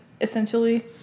essentially